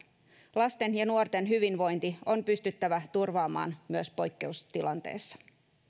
lasten ja nuorten hyvinvointi on pystyttävä turvaamaan myös poikkeustilanteessa